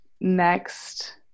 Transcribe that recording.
next